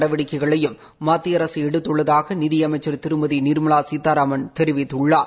நடவடிக்கைகளையும் மத்திய அரசு எடுத்துள்ளதாக நிதி அமைச்சர் திருமதி நிர்மலா சீதாராமன் தெரிவித்துள்ளார்